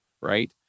right